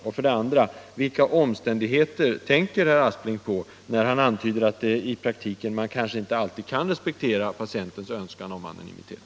Och vidare: Vilka omständigheter tänker herr Aspling på, när han antyder att man i praktiken kanske inte alltid kan respektera patientens önskan om anonymilet?